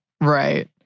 Right